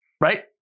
Right